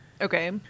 Okay